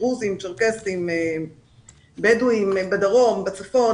- דרוזים, צ'רקסים, בדואים בדרום, בדואים בצפון